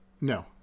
No